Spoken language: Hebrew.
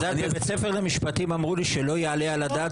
בבית ספר למשפטים אמרו לי שלא יעלה על הדעת,